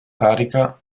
carica